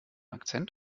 akzent